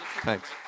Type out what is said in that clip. Thanks